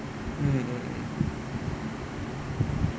mm mm mm